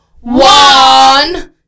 one